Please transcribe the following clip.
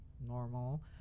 normal